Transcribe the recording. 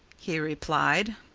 he replied.